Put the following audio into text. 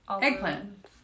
Eggplant